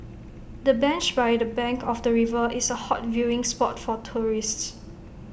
the bench by the bank of the river is A hot viewing spot for tourists